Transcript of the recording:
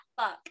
fuck